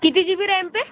किती G B RAM आहे